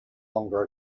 longer